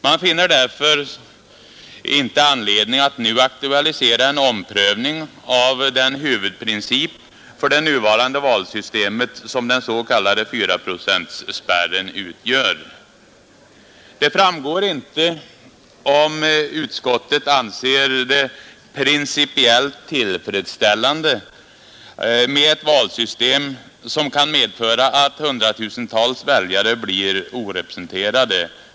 Man finner därför inte ”anledning att nu aktualisera en omprövning av den huvudprincip för det nuvarande valsystemet som den s.k. fyraprocentspärren utgör”. Det framgår inte om utskottet anser det ”principiellt tillfredsställande” med ett valsystem som kan medföra att hundratusentals väljare blir orepresenterade.